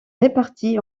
répartis